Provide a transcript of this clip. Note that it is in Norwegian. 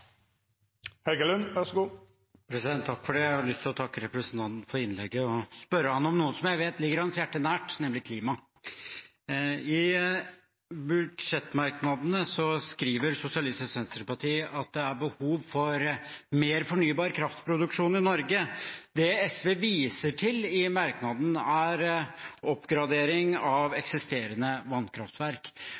spørre ham om noe som jeg vet ligger hans hjerte nært, nemlig klima. I budsjettmerknadene skriver Sosialistisk Venstreparti at det er behov for mer fornybar kraft-produksjon i Norge. Det SV viser til i merknaden, er oppgradering av eksisterende vannkraftverk.